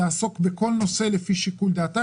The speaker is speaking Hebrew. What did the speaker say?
לעסוק בכל נושא לפי שיקול דעתה.